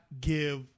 give